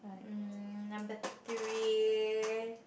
mm number three